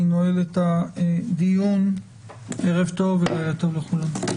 אני נועל את הדיון, ערב טוב ולילה טוב לכולם.